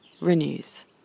Renews